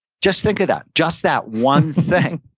just think of that, just that one thing,